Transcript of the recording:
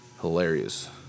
hilarious